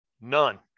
None